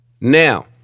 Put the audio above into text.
Now